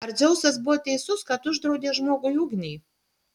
ar dzeusas buvo teisus kad uždraudė žmogui ugnį